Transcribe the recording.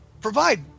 provide